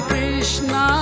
Krishna